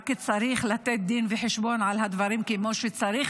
רק צריך לתת דין וחשבון על הדברים כמו שצריך